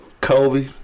Kobe